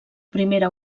primera